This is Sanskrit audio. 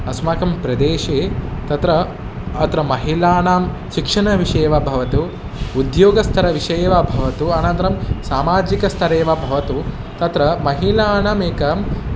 अस्माकं प्रदेशे तत्र अत्र महिलानां शिक्षणविषये वा भवतु उद्योगस्तरविषये वा भवतु अनन्तरं सामाजिकस्तरे वा भवतु तत्र महिलानाम् एकम्